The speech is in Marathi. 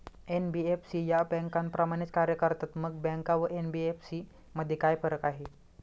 एन.बी.एफ.सी या बँकांप्रमाणेच कार्य करतात, मग बँका व एन.बी.एफ.सी मध्ये काय फरक आहे?